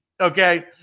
Okay